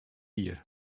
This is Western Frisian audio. jier